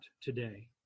today